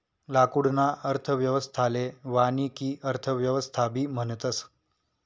लाकूडना अर्थव्यवस्थाले वानिकी अर्थव्यवस्थाबी म्हणतस